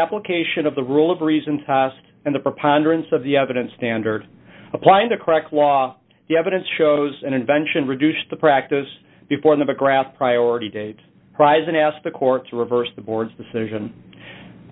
application of the rule of reason test and the preponderance of the evidence standard applying the correct law the evidence shows an invention reduced the practice before the grass priority date prize and asked the court to reverse the board's decision